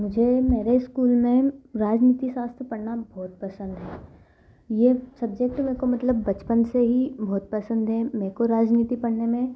मुझे मेरे स्कूल में राजनीतिक शास्त्र पढ़ना बहुत पसंद है यह सब्जेक्ट मुझको मतलब बचपन से ही बहुत पसंद है मुझको राजनीति पढ़ने में